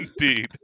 indeed